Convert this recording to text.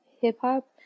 hip-hop